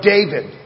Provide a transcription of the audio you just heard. David